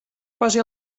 quasi